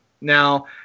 Now